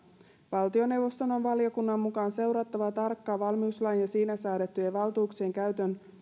valtioneuvoston on valiokunnan mukaan seurattava tarkkaan valmiuslain ja siinä säädettyjen valtuuksien käytön